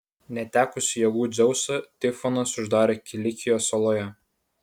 netekusį jėgų dzeusą tifonas uždarė kilikijos oloje